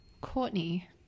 Courtney